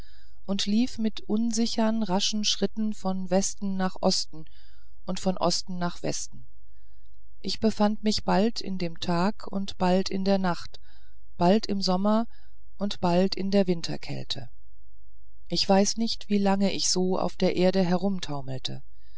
und lief mit unsichern raschen schritten von westen nach osten und von osten nach westen ich befand mich bald in dem tag und bald in der nacht bald im sommer und bald in der winterkälte ich weiß nicht wie lange ich so auf der erde